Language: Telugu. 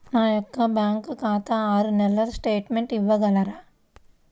నా యొక్క బ్యాంకు ఖాతా ఆరు నెలల స్టేట్మెంట్ ఇవ్వగలరా?